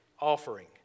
offering